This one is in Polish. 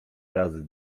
razy